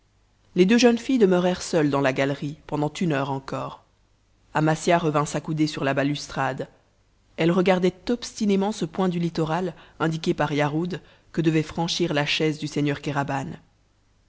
les deux jeunes filles demeurèrent seules dans la galerie pendant une heure encore amasia revint s'accouder sur la balustrade elle regardait obstinément ce point du littoral indiqué par yarhud que devait franchir la chaise du seigneur